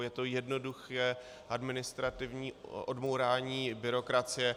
Je to jednoduché administrativní odbourání byrokracie.